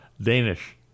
Danish